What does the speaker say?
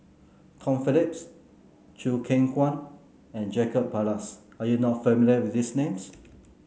Tom Phillips Choo Keng Kwang and Jacob Ballas are you not familiar with these names